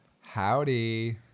Howdy